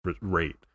rate